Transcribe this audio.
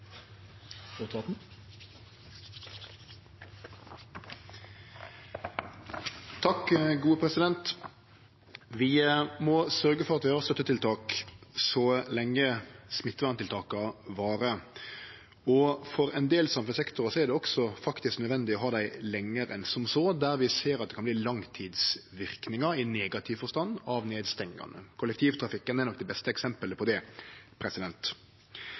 Vi må sørgje for at vi har støttetiltak så lenge smitteverntiltaka varar. For ein del samfunnssektorar er det faktisk også nødvendig å ha dei lenger enn som så, der vi ser at det kan verte langtidsverknader i negativ forstand av nedstengingane. Kollektivtrafikken er nok det beste eksempelet på det.